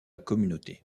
communauté